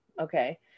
Okay